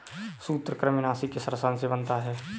सूत्रकृमिनाशी किस रसायन से बनता है?